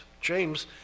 James